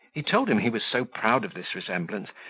he told them he was so proud of this resemblance,